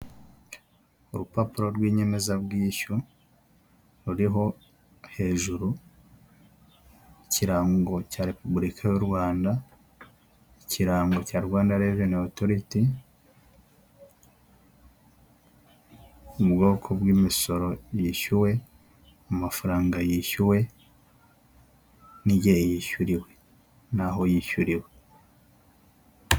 Urupapuro rwinyemezabwishyu, ruriho hejuru ikirango cya repubulika y'u Rwanda, ikirango cya Rwanda reveni otoriti. Ubwoko bw'imisoro yishyuwe, amafaranga yishyuwe, igihe yishyuriwe naho yishyuriwe.